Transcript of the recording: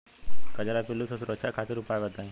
कजरा पिल्लू से सुरक्षा खातिर उपाय बताई?